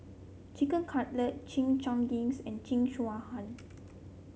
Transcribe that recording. Chicken Cutlet Chimichangas and Jingisukan